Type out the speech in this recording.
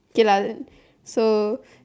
okay lah then so